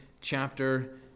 chapter